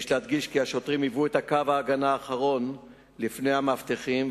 יש להדגיש כי השוטרים היוו קו ההגנה האחרון לפני המאבטחים,